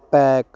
pack